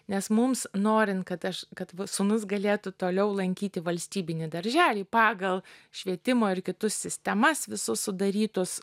nes mums norint kad aš kad sūnus galėtų toliau lankyti valstybinį darželį pagal švietimo ir kitus sistemas visus sudarytus